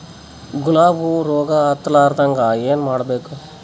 ಗುಲಾಬ್ ಹೂವು ರೋಗ ಹತ್ತಲಾರದಂಗ ಏನು ಮಾಡಬೇಕು?